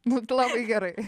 būtų labai gerai